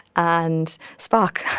and spock.